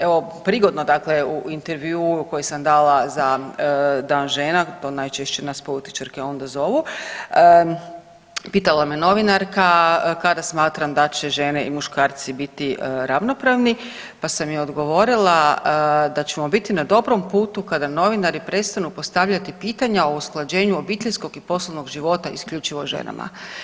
Evo prigodno, dakle u intervjuu koji sam dala za Dan žena, to najčešće nas političarke onda zovu, pitala me novinarka kada smatram da će žene i muškarci biti ravnopravni, pa sam joj odgovorila da ćemo biti na dobrom putu kada novinari prestanu postavljati pitanja o usklađenju obiteljskog i poslovnog života isključivo ženama.